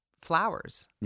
flowers